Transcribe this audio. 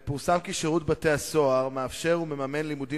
פורסם כי שירות בתי-הסוהר מאפשר ומממן לימודים